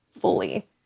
fully